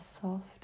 soft